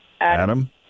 Adam